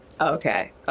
Okay